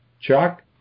Chuck